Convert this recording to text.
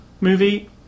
movie